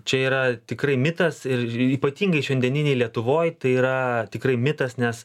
čia yra tikrai mitas ir ypatingai šiandieninė lietuvo tai yra tikrai mitas nes